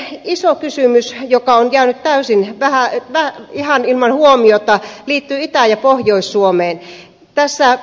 no sitten iso kysymys joka on jäänyt ihan ilman huomiota liittyy itä ja pohjois suomeen